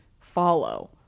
follow